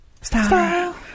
Style